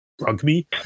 rugby